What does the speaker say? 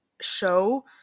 show